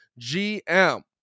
GM